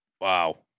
Wow